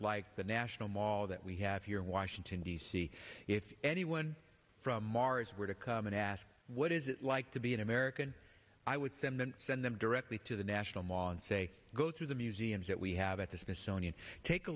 like the national mall that we have here in washington d c if anyone from mars were to come and ask what is it like to be an american i would send them directly to the national mall and say go through the museums that we have at the smithsonian take a